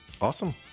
Awesome